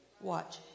watch